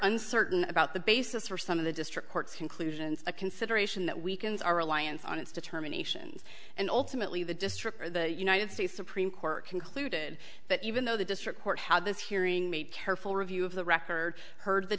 uncertain about the basis for some of the district courts conclusions a consideration that weakens our reliance on its determinations and ultimately the district or the united states supreme court concluded that even though the district court how this hearing made careful review of the record heard the